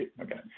Okay